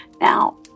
Now